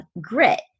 grit